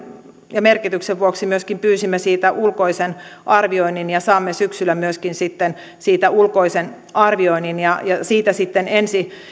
ja merkityksen vuoksi myöskin pyysimme siitä ulkoisen arvioinnin saamme syksyllä sitten siitä ulkoisen arvioinnin ja siitä sitten ensi